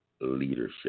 leadership